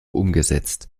umgesetzt